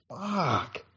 fuck